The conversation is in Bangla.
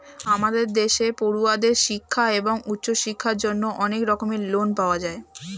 আমাদের দেশে পড়ুয়াদের শিক্ষা এবং উচ্চশিক্ষার জন্য অনেক রকমের লোন পাওয়া যায়